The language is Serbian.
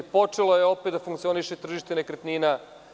Počelo je da funkcioniše tržište nekretnina.